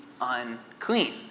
unclean